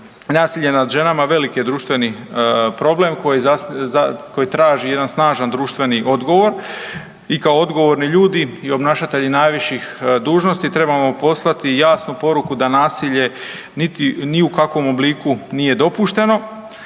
nasilje nad ženama je veliki društveni problem koji traži jedan snažan društveni odgovor i kao odgovorni ljudi i obnašatelji najviših dužnosti trebamo poslati jasnu poruku da nasilje niti ni u kakvom obliku nije dopušteno